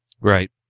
Right